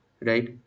right